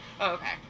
Okay